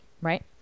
right